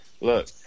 look